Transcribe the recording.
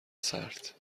سرد